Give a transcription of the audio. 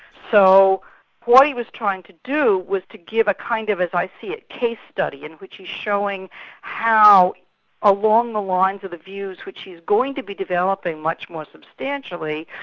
so what he was trying to do was to give a kind of, as i see it, case study in which he's showing how along the lines of the views which he's going to be developing much more substantially,